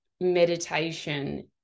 meditation